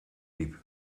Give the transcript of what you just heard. diep